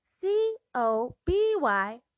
C-O-B-Y